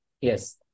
Yes